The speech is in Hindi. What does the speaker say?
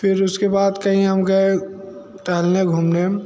फिर उसके बाद कहीं हम गए टहलने घूमने